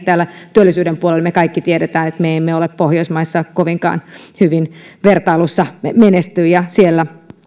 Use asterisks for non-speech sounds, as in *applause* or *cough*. *unintelligible* täällä työllisyyden puolella me emme ole pohjoismaissa kovinkaan hyvin vertailussa menestyneet